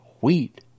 wheat